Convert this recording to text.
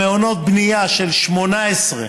המעונות לבנייה של 2018,